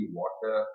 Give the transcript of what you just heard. water